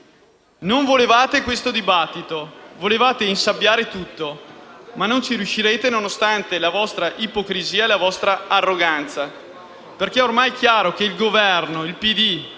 Non volevate questo dibattito. Volevate insabbiare tutto. Ma non ci riuscirete, nonostante la vostra ipocrisia e la vostra arroganza! È ormai chiaro che il Governo, il PD